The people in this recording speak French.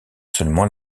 seulement